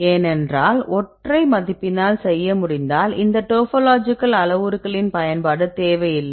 ஏனென்றால் ஒற்றை மதிப்பினால் செய்ய முடிந்தால் இந்த டோபோலாஜிக்கல் அளவுருக்களின் பயன்பாடு தேவை இல்லை